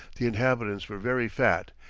the inhabitants were very fat,